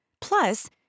Plus